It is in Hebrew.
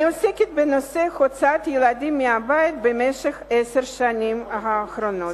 אני עוסקת בנושא הוצאת ילדים מהבית במשך עשר השנים האחרונות.